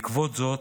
בעקבות זאת,